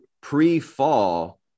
Pre-fall